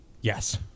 Yes